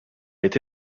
été